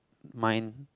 mine